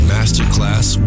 Masterclass